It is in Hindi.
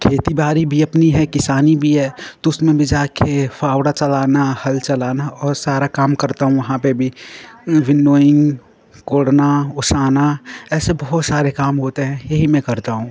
खेती बाड़ी भी अपनी है किसानी भी है तो उसमें भी जा कर फावड़ा चलाना हल चलाना और सारा काम करता हूँ वहाँ पर भी विनोइंग कोड़ना ओसाना ऐसे बहुत सारे काम होते हैं यही मैं करता हूँ